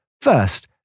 First